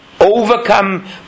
overcome